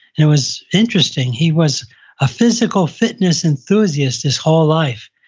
and it was interesting, he was a physical fitness enthusiast his whole life,